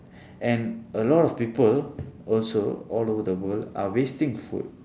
and a lot of people also all over the world are wasting food